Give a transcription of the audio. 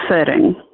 setting